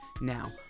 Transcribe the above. now